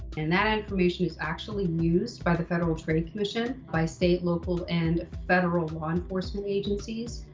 and that information is actually used by the federal trade commission, by state, local and federal law enforcement agencies.